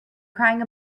crying